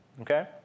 okay